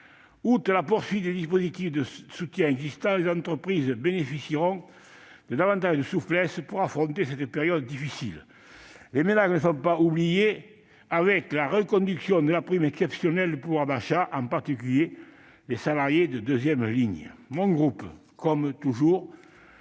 Outre la poursuite des dispositifs de soutien existants, les entreprises bénéficieront de davantage de souplesse pour affronter cette période difficile. Les ménages ne sont pas oubliés, avec la reconduction de la prime exceptionnelle de pouvoir d'achat, en particulier pour les salariés de deuxième ligne. Le groupe du RDSE porte,